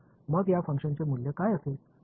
तर मग या फंक्शनचे मूल्य काय असेल